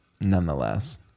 Nonetheless